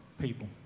people